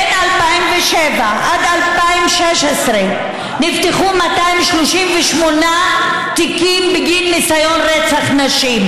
מ-2007 עד 2016 נפתחו 238 תיקים בגין ניסיון רצח נשים.